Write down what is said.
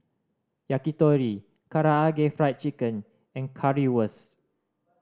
Yakitori Karaage Fried Chicken and Currywurst